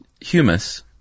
humus